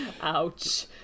Ouch